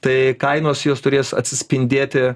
tai kainos jos turės atsispindėti